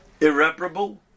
irreparable